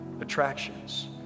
attractions